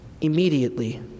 Immediately